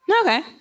Okay